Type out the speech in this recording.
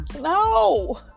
No